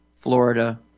Florida